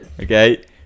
Okay